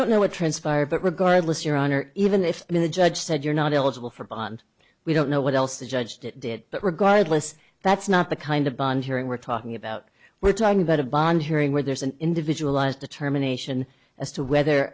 don't know what transpired but regardless your honor even if the judge said you're not eligible for bond we don't know what else the judge did but regardless that's not the kind of bond hearing we're talking about we're talking about a bond hearing where there's an individual lies determination as to whether